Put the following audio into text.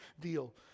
deal